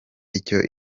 icyo